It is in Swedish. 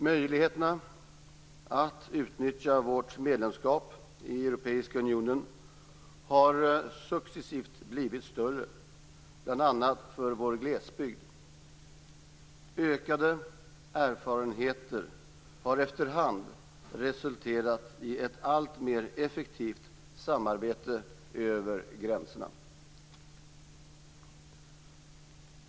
Möjligheterna att utnyttja vårt medlemskap i Europeiska unionen har successivt blivit större, till gagn bl.a. för vår glesbygd. Ökade erfarenheter har efter hand resulterat i ett alltmer effektivt samarbete över gränserna.